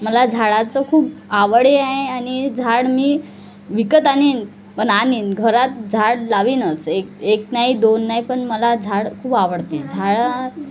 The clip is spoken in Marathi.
मला झाडाचं खूप आवडही आहे आणि झाड मी विकत आणीन पण आणीन घरात झाड लावीनच एक एक नाही दोन नाही पण मला झाड खूप आवडते झाड